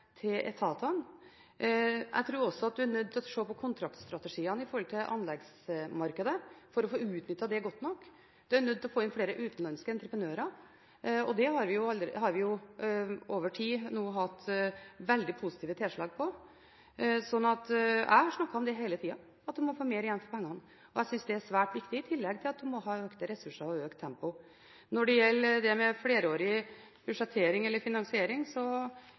etatene. Jeg tror også at man er nødt til å se på kontraktsstrategiene når det gjelder anleggsmarkedet, for å få utnyttet det godt nok. Man er nødt til å få inn flere utenlandske entreprenører, og det har vi over tid nå hatt veldig positive tilslag på. Jeg har snakket om det hele tida, at man må få mer igjen for pengene. Jeg syns det er svært viktig, i tillegg til økte ressurser og økt tempo. Når det gjelder flerårig budsjettering eller